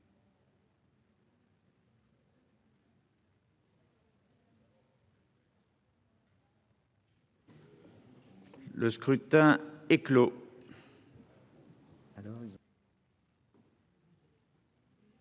Le scrutin est clos.